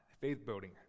faith-building